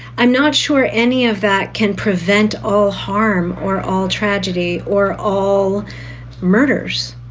i'm not sure any of that can prevent all harm or all tragedy or all murders.